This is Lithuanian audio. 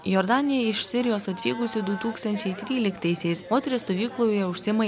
į jordaniją iš sirijos atvykusi du tūkstančiai tryliktaisiais moteris stovykloje užsiima